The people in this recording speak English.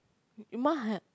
in my head